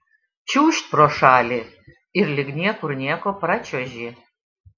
čiūžt pro šalį ir lyg niekur nieko pračiuoži